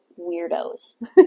weirdos